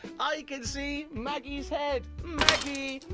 i can see maggie's head. maggie!